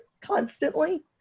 constantly